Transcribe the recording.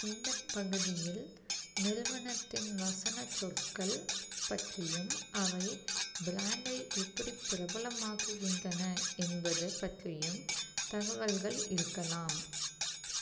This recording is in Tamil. இந்தப் பகுதியில் நிறுவனத்தின் வசனச் சொற்கள் பற்றியும் அவை ப்ராண்டை எப்படிப் பிரபலமாக்குகின்றன என்பது பற்றியும் தகவல்கள் இருக்கலாம்